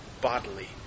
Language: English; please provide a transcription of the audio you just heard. bodily